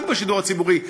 רק בשידור הציבורי,